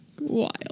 Wild